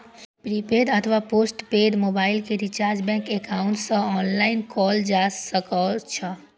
prepaid अथवा postpaid mobile के recharge bank account सं ऑनलाइन कैल जा सकै छै